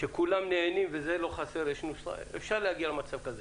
שכולם נהנים וזה לא חסר אפשר להגיע למצב כזה,